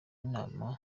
inama